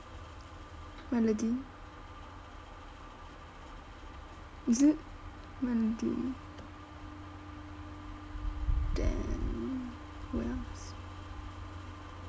melodyne is it melodyne then who else